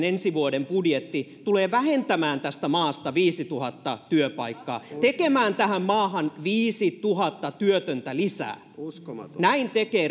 ensi vuoden budjetti tulee vähentämään tästä maasta viisituhatta työpaikkaa tekemään tähän maahan viisituhatta työtöntä lisää näin tekee